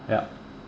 ya